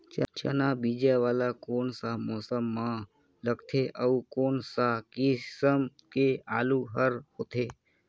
चाना बीजा वाला कोन सा मौसम म लगथे अउ कोन सा किसम के आलू हर होथे?